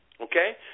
Okay